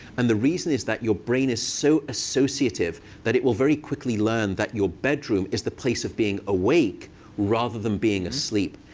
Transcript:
and the reason is that your brain is so associative that it will very quickly learn that your bedroom is the place of being awake rather than being asleep.